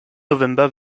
november